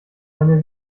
eine